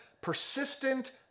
persistent